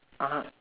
(uh huh)